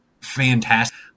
fantastic